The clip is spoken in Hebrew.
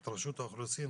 את רשות האוכלוסין,